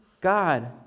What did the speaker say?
god